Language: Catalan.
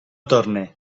torne